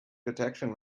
detection